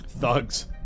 Thugs